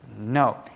no